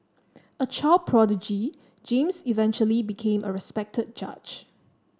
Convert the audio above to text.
a child prodigy James eventually became a respected judge